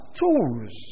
tools